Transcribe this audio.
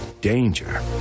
Danger